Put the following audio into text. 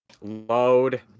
load